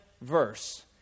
verse